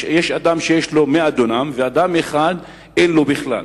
יש אדם שיש לו 100 דונם, ואדם אחד אין לו בכלל.